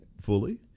fully